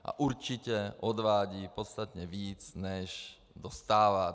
A určitě odvádí podstatně víc, než dostává.